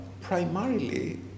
Primarily